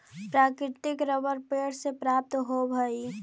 प्राकृतिक रबर पेड़ से प्राप्त होवऽ हइ